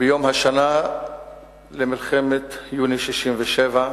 ביום השנה למלחמת יוני 67',